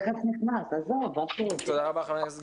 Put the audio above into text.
תודה רבה, חבר הכנסת גולן.